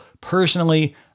Personally